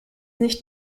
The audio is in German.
nicht